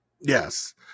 Yes